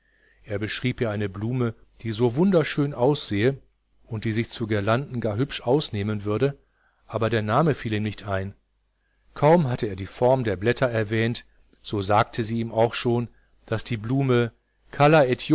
er beschrieb ihr eine blume die so wunderschön aussehe und die sich zu girlanden gar hübsch ausnehmen würde aber der name fiel ihm nicht ein kaum hatte er die form der blätter erwähnt so sagte sie ihm auch schon daß die blume